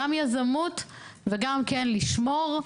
תודה רבה לנירה שפק, אחת מיוזמות הדיון.